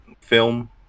film